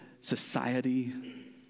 society